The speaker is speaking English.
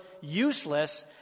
useless